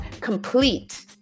complete